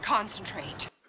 concentrate